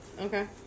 Okay